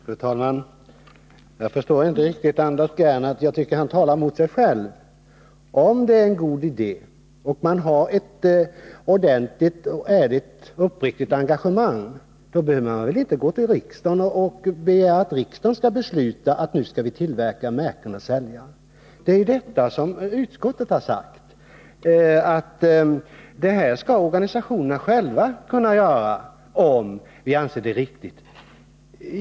Fru talman! Jag förstår inte Anders Gernandt riktigt — jag tycker att han talar mot sig själv. Om det är en god idé och man har ett ordentligt, ärligt och uppriktigt engagemang behöver man väl inte gå till riksdagen och begära att riksdagen skall besluta att märken skall tillverkas och säljas. Utskottet har ju sagt att organisationerna själva skall kunna göra detta om de anser det riktigt.